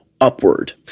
upward